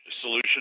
solution